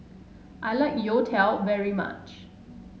I like youtiao very much